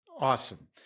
Awesome